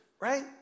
Right